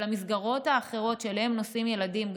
אבל המסגרות האחרות שאליהן נוסעים ילדים,